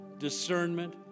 discernment